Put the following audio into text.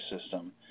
system